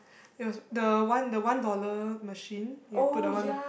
it was the one the one dollar machine you put the one lah